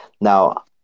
Now